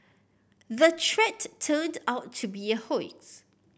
the threat turned out to be a hoax